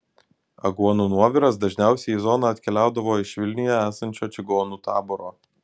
aguonų nuoviras dažniausiai į zoną atkeliaudavo iš vilniuje esančio čigonų taboro